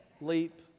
Leap